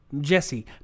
Jesse